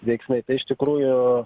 veiksniai tai iš tikrųjų